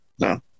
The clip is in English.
No